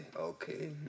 okay